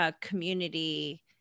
community